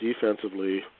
defensively